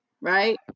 right